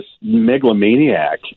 megalomaniac